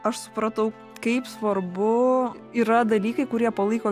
aš supratau kaip svarbu yra dalykai kurie palaiko